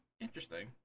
Interesting